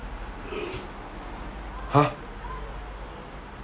!huh!